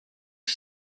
rit